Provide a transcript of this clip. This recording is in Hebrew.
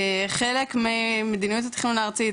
חלק ממדיניות התכנון הארצית,